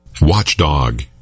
Watchdog